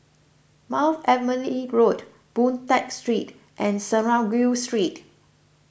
Mount Emily E Road Boon Tat Street and Synagogue Street